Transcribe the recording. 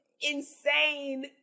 insane